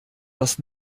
das